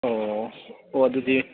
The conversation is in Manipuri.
ꯑꯣ ꯑꯣ ꯑꯗꯨꯗꯤ